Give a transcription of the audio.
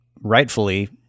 rightfully